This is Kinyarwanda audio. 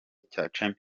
champions